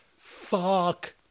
fuck